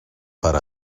per